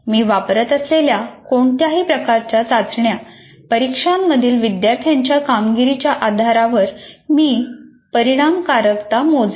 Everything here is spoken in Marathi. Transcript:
मी वापरत असलेल्या कोणत्याही प्रकारच्या चाचण्या परीक्षांमधील विद्यार्थ्यांच्या कामगिरीच्या आधारावर मी परिणामकारकता मोजेन